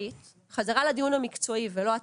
חזרה לדיון המקצועי ולא התקציבי,